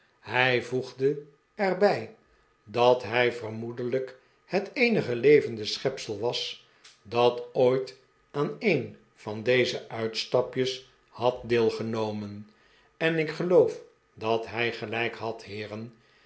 hij voegde er bij dat hij vermoedelijk het eenige levende schepsel was dat ooit aan een van deze uitstapjes had deelgenomen en ik geloof dat hij gelijk had heeren